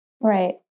Right